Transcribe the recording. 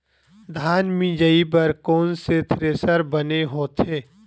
धान मिंजई बर कोन से थ्रेसर बने होथे?